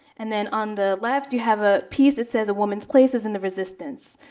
and then on the left, you have a piece that says, a woman's place is in the resistance.